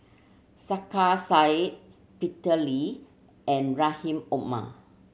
Sarkasi Said Peter Lee and Rahim Omar